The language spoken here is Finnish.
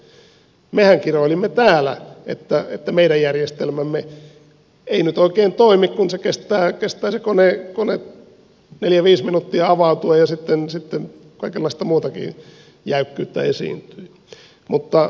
mehän kiroilimme täällä että meidän järjestelmämme ei nyt oikein toimi kun se kone kestää neljä viisi minuuttia avautua ja sitten kaikenlaista muutakin jäykkyyttä esiintyy